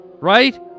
Right